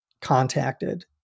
contacted